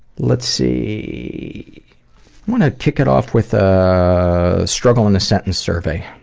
let's see, i wanna kick it off with a struggle in a sentence survey.